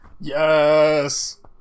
Yes